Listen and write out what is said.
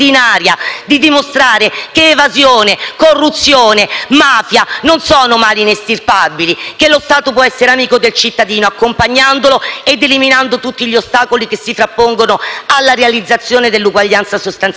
di dimostrare che evasione, corruzione e mafia non sono mali inestirpabili; che lo Stato può essere amico del cittadino, accompagnandolo ed eliminando tutti gli ostacoli che si frappongono alla realizzazione dell'uguaglianza sostanziale.